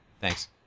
Thanks